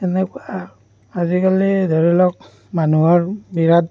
এনেকুৱা আজিকালি ধৰি লওক মানুহৰ বিৰাট